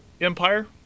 Empire